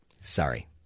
Sorry